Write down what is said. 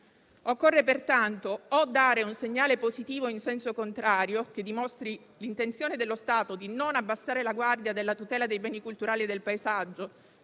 Occorre pertanto o dare un segnale positivo in senso contrario che dimostri l'intenzione dello Stato di non abbassare la guardia nella tutela dei beni culturali e del paesaggio,